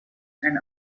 and